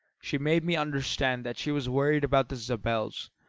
she made me understand that she was worried about the zabels,